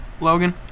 Logan